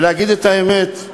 ולהגיד את האמת,